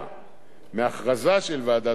מהכרזה של ועדת השרים,